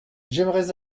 j’aimerais